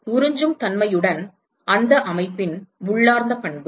உறிஞ்சும் தன்மையுடன் அந்த அமைப்பின் உள்ளார்ந்த பண்பு